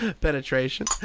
penetration